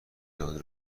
داده